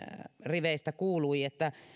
riveistä kuului että